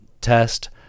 test